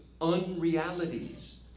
unrealities